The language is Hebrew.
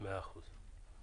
מאה אחוז.